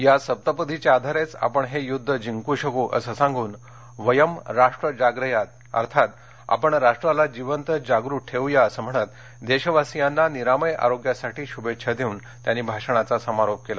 या सप्तपदीच्या आधारेच आपण हे युद्ध जिंकू शकू अस सांगून वयम् राष्ट्र जाग्रयात् अर्थात आपण राष्ट्राला जिवंत जागृत ठेऊया अस म्हणत देशवासियांना निरामय आरोग्यासाठी शुभेच्छा देऊन त्यांनी भाषणाचा समारोप केला